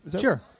Sure